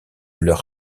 leur